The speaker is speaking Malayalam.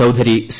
ചൌധരി സി